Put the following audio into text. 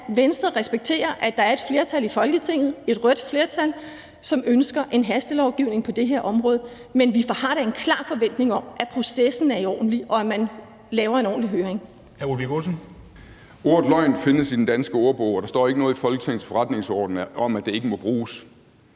Venstre respekterer, at der er et flertal i Folketinget, et rødt flertal, som ønsker en hastelovgivning på det her område. Men vi har da en klar forventning om, at processen er i orden, og at man laver en ordentlig høring. Kl. 10:39 Formanden (Henrik Dam Kristensen): Hr. Ole Birk Olesen. Kl. 10:39 Ole Birk Olesen (LA): Ordet løgn findes i Den Danske Ordbog, og der står ikke noget i Folketingets Forretningsorden om, at det ikke må bruges.